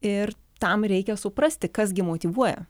ir tam reikia suprasti kas gi motyvuoja